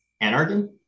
Anarchy